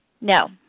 No